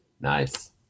Nice